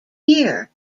year